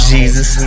Jesus